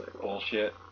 Bullshit